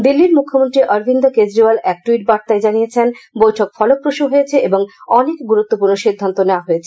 দিল্লির মুখ্যমন্ত্রী অরবিন্দ কেজরিওয়াল এক টুইট বার্তায় জানিয়েছেন বৈঠক ফলপ্রস হয়েছে এবং অনেক গুরুত্বপূর্ণ সিদ্ধান্ত নেওয়া হয়েছে